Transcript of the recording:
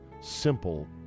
simple